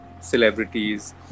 celebrities